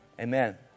Amen